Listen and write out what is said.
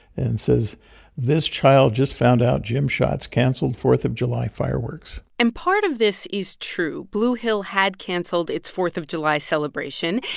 and it says this child just found out jim schatz canceled fourth of july fireworks and part of this is true. blue hill had canceled its fourth of july celebration.